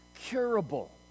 curable